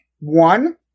One